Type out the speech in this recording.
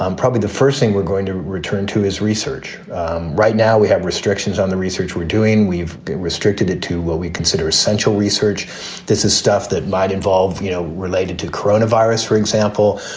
um probably the first thing we're going to return to his research right now, we have restrictions on the research we're doing. we've restricted it to what we consider essential research this is stuff that might involve, you know, related to corona virus, for example,